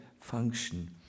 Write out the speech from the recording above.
function